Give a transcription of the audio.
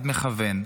ביד מכוון,